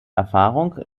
erfahrung